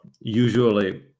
usually